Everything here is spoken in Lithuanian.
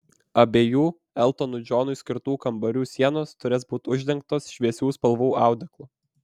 abiejų eltonui džonui skirtų kambarių sienos turės būti uždengtos šviesių spalvų audeklu